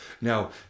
Now